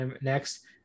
next